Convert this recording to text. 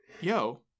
yo